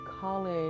college